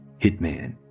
Hitman